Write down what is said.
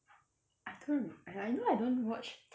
I don't r~ !aiya! you know I don't watch